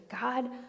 God